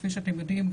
כפי שאתם יודעים,